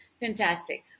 fantastic